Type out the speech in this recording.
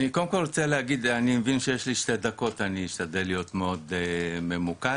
אני אשתדל להיות מאוד ממוקד.